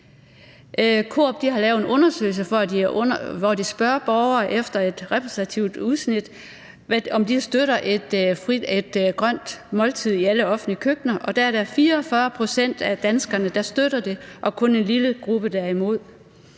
Coop har lavet en undersøgelse, hvor de spørger borgere efter et repræsentativt udsnit, om de støtter et frit grønt måltid i alle offentlige køkkener, og der er der 44 pct. af danskerne, der støtter det, og kun en lille gruppe, der er imod.